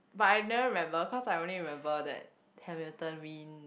but I never remember cause I only remember that Hamilton win